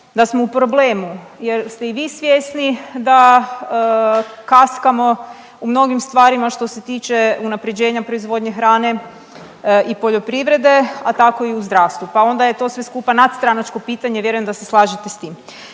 da smo u problemu jer ste i vi svjesni da kaskamo u mnogim stvarima što se tiče unapređenja proizvodnje hrane i poljoprivrede, a tako i u zdravstvu. Pa onda je to sve skupa nadstranačko pitanje, vjerujem da se slažete s tim.